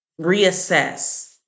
reassess